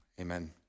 Amen